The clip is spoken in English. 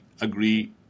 agree